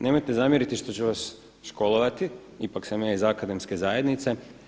Nemojte zamjeriti što ću vas školovati, ipak sam ja iz akademske zajednice.